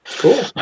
Cool